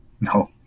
No